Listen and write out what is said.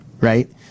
right